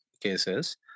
cases